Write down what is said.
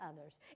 others